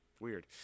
Weird